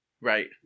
Right